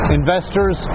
investors